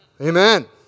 Amen